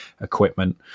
equipment